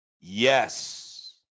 yes